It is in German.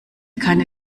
keine